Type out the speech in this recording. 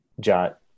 jot